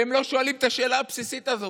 והם לא שואלים את השאלה הבסיסית הזאת.